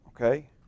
okay